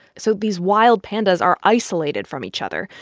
so these wild pandas are isolated from each other,